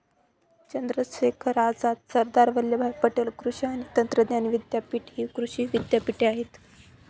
चंद्रशेखर आझाद, सरदार वल्लभभाई पटेल कृषी आणि तंत्रज्ञान विद्यापीठ हि कृषी विद्यापीठे आहेत